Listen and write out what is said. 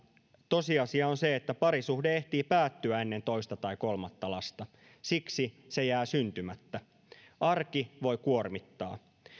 tosiasia on se että parisuhde ehtii päättyä ennen toista tai kolmatta lasta siksi se jää syntymättä arki voi kuormittaa